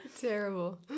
Terrible